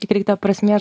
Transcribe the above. tik reik ta prasmė